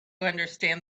understand